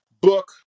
book